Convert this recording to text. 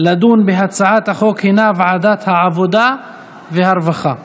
לוועדת העבודה והרווחה נתקבלה.